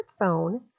smartphone